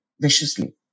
viciously